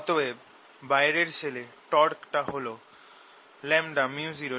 অতএব বাইরের শেলে টর্ক টা হল µ02Kb2